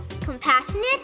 compassionate